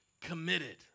committed